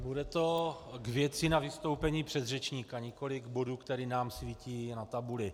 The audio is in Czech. Bude to k věci na vystoupení předřečníka, nikoli k bodu, který nám svítí na tabuli.